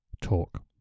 Talk